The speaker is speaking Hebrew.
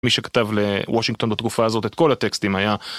מי שכתב לוושינגטון בתקופה הזאת את כל הטקסטים היה